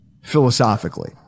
philosophically